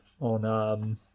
on